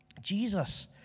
Jesus